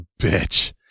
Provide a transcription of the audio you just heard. bitch